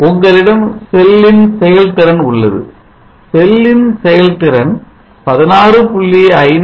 உங்களிடம் செல்லின் செயல்திறன் உள்ளது செல்லின் செயல்திறன் 16